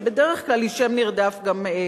שבדרך כלל היא גם שם נרדף להפרטה.